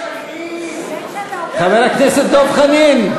חבר הכנסת דב חנין,